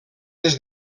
des